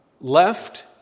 left